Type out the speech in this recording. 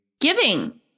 giving